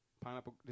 Pineapple